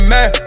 Man